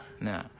No